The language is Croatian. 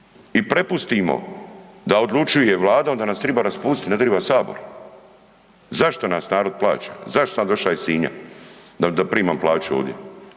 i prepustimo da odlučuje vlada onda nas triba raspustit, ne triba sabor. Zašto nas narod plaća? Zašto sam doša iz Sinja da primam plaću ovdje?